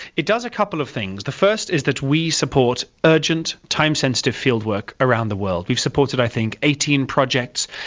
it does a couple of things. the first is that we support urgent, time-sensitive fieldwork around the world. we've supported i think eighteen projects,